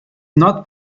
not